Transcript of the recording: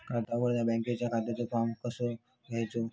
खाता उघडुक बँकेच्या खात्याचो फार्म कसो घ्यायचो?